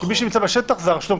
מי שנמצא בשטח זה הרשות המקומית.